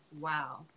Wow